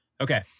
Okay